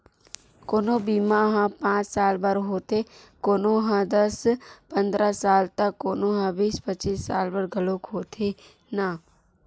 कोनो बीमा ह पाँच साल बर होथे, कोनो ह दस पंदरा साल त कोनो ह बीस पचीस साल बर घलोक होथे न